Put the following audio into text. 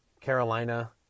Carolina